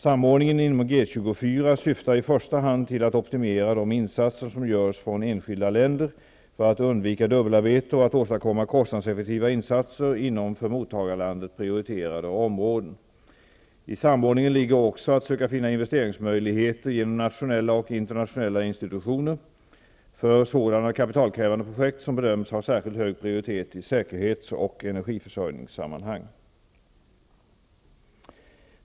Samordningen inom G-24 syftar i första hand till att optimera de insatser som görs från enskilda länder för att undvika dubbelarbete och att åstadkomma kostnadseffektiva insatser inom för mottagarlandet prioriterade områden. I samordningen ligger också att söka finna investeringsmöjligheter genom nationella och internationella institutioner för sådana kapitalkrävande projekt som bedöms ha särskilt hög prioritet i säkerhets och energiförsörjningssammanhang.